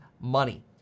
money